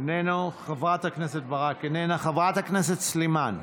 איננו, חברת הכנסת ברק, איננה, חברת הכנסת סילמן,